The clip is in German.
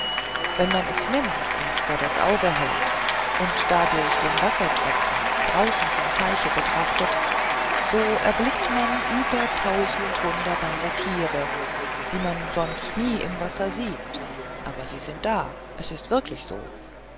wenn man es nimmt und vor das auge hält und dadurch den wassertropfen draußen vom teiche betrachtet so erblickt man über tausend wunderbare tiere die man sonst nie im wasser sieht aber sie sind da es ist wirklich so